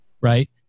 right